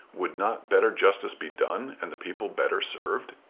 would not better justice be done, and the people better served?